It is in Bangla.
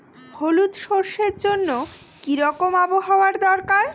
হলুদ সরষে জন্য কি রকম আবহাওয়ার দরকার?